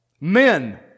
Men